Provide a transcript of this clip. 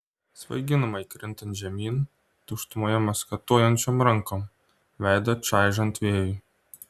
svaiginamai krintant žemyn tuštumoje maskatuojančiom rankom veidą čaižant vėjui